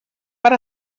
per